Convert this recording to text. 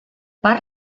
per